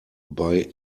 bei